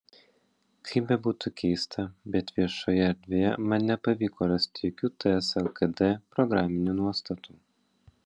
kaip bebūtų keista bet viešoje erdvėje man nepavyko rasti jokių ts lkd programinių nuostatų